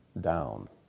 down